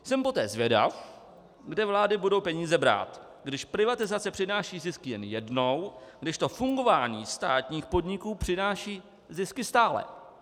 Jsem poté zvědav, kde vlády budou peníze brát, když privatizace přináší zisk jen jednou, kdežto fungování státních podniků přináší zisky stále.